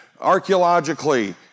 archaeologically